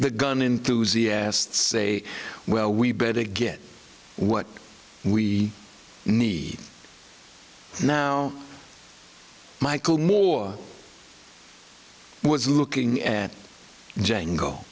the gun enthusiastic say well we better get what we need now michael moore was looking at djang